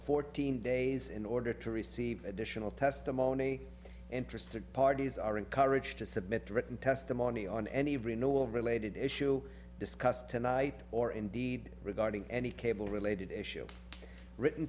fourteen days in order to receive additional testimony interested parties are encouraged to submit written testimony on any brain or related issue discussed tonight or indeed regarding any cable related issue written